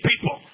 people